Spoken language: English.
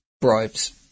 bribes